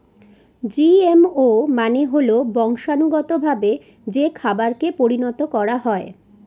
GMO মানে হল বংশানুগতভাবে যে খাবারকে পরিণত করা হয়